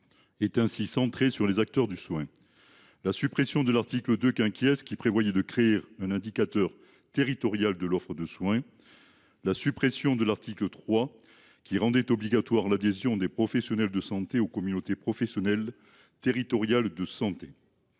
est ainsi centrée sur les acteurs du soin. L’article 2 , qui prévoyait la création d’un indicateur territorial de l’offre de soins, a été supprimé, tout comme l’article 3, qui rendait obligatoire l’adhésion des professionnels de santé aux communautés professionnelles territoriales de santé.